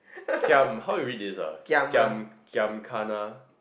giam how we read this ah giam gana